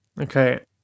Okay